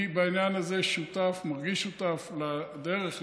בעניין הזה אני מרגיש שותף לדרך,